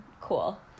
Cool